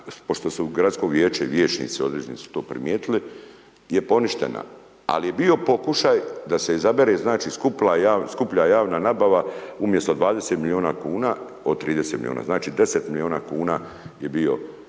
pošto su u gradsko vijeće, vijećnici, određeni su to primijetili je poništena. Ali je bio pokušaj, da se izabere, znači, skuplja javna nabava, umjesto 20 milijuna kuna od 30 milijuna. Znači 10 milijuna kuna je bio